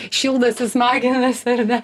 šildosi smaginasi ar ne